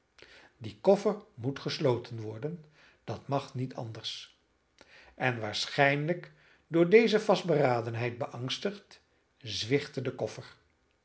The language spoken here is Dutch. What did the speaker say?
die koffer moet gesloten worden dat mag niet anders en waarschijnlijk door deze vastberadenheid beangstigd zwichtte de koffer